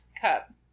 cup